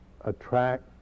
attract